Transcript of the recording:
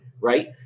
right